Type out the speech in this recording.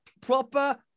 proper